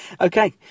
Okay